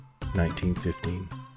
1915